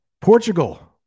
Portugal